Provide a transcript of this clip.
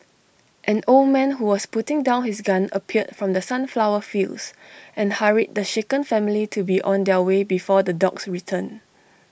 an old man who was putting down his gun appeared from the sunflower fields and hurried the shaken family to be on their way before the dogs return